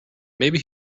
maybe